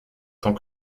tant